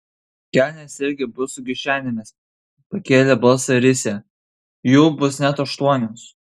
kelnės irgi bus su kišenėmis pakėlė balsą risią jų bus net aštuonios